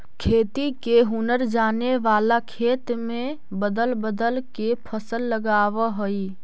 खेती के हुनर जाने वाला खेत में बदल बदल के फसल लगावऽ हइ